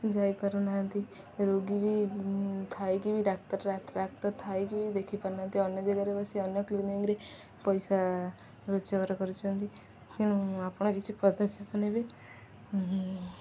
ଯାଇପାରୁନାହାନ୍ତି ରୋଗୀ ବି ଥାଇକି ବି ଡାକ୍ତର ଡାକ୍ତର ଥାଇକି ବି ଦେଖିପାରୁନାହାନ୍ତି ଅନ୍ୟ ଜାଗାରେ ବସି ଅନ୍ୟ କ୍ଲିନିକରେ ପଇସା ରୋଜଗାର କରୁଛନ୍ତି ତେଣୁ ଆପଣ କିଛି ପଦକ୍ଷେପ ନେବେ